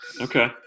Okay